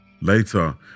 Later